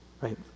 right